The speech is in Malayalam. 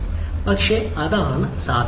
പക്ഷേ അതാണ് സാധ്യമായത്